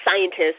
scientists